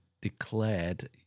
declared